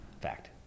Fact